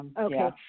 Okay